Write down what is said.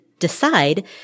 decide